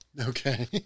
Okay